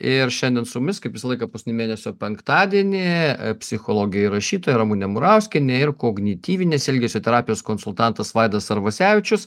ir šiandien su mumis kaip visą laiką paskutinį mėnesio penktadienį psichologė ir rašytoja ramunė murauskienė ir kognityvinės elgesio terapijos konsultantas vaidas arvasevičius